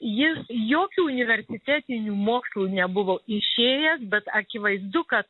jis jokių universitetinių mokslų nebuvo išėjęs bet akivaizdu kad